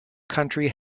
country